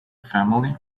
family